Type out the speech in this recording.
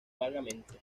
vagamente